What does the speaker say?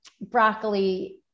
broccoli